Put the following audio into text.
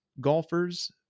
golfers